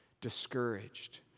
discouraged